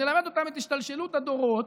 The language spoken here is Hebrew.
נלמד אותם את השתלשלות הדורות,